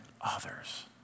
others